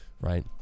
right